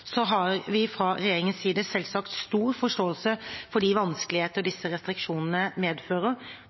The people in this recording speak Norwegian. har stor forståelse for de vanskeligheter disse restriksjonene medfører